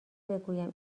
بگویم